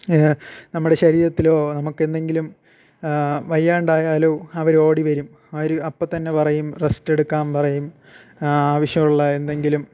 നമ്മുടെ ശരീരത്തിലോ നമുക്കെന്തങ്കിലും വയ്യാണ്ടായാലോ അവരോടി വരും അവർ അപ്പോൾത്തന്നെ പറയും റസ്റ്റെടുക്കാൻ പറയും ആവശ്യമുള്ള എന്തെങ്കിലും